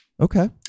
Okay